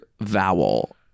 vowel